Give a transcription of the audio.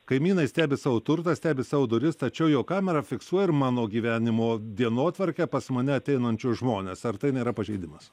kaimynai stebi savo turtą stebi savo duris tačiau jo kamera fiksuoja ir mano gyvenimo dienotvarkę pas mane ateinančius žmones ar tai nėra pažeidimas